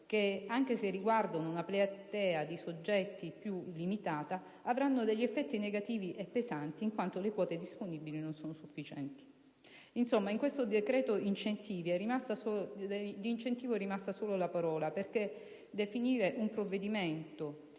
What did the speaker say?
che, anche se riguardano una platea di soggetti più limitata, avranno degli effetti negativi pesanti in quanto quelle disponibili non sono sufficienti. Insomma, in questo decreto, di incentivo è rimasto solo la parola, perché definire un provvedimento